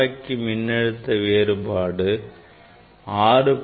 சூடாக்கி மின்னழுத்த வேறுபாடு 6